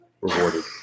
rewarded